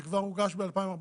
זה כבר הוגש ב-2014.